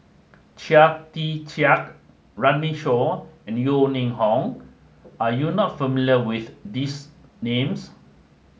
Chia Tee Chiak Runme Shaw and Yeo Ning Hong are you not familiar with these names